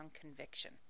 conviction